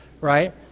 right